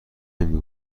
نمی